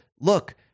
look